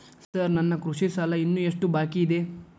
Sir ನನ್ನ ಕೃಷಿ ಸಾಲ ಇನ್ನು ಎಷ್ಟು ಬಾಕಿಯಿದೆ?